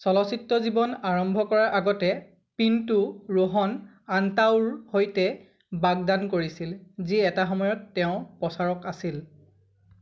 চলচ্চিত্ৰ জীৱন আৰম্ভ কৰাৰ আগতে পিণ্টো ৰোহন আণ্টাওৰ সৈতে বাগদান কৰিছিল যি এটা সময়ত তেওঁৰ প্ৰচাৰক আছিল